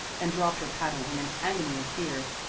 and dropped her paddle in an agony of fear.